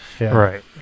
Right